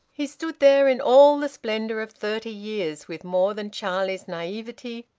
he stood there in all the splendour of thirty years, with more than charlie's naivete,